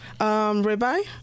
Ribeye